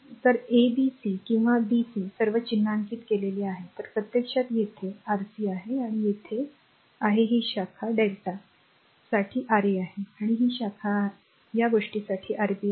तर हे ab c आहे किंवा b c सर्व चिन्हांकित आहेत तर प्रत्यक्षात येथे असणे हे Rc आहे आणि येथे r आहे ही शाखा Δ साठी Ra आहे आणि ही शाखा या गोष्टीसाठी Rb आहे